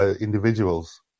individuals